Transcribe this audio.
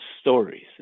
stories